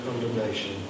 condemnation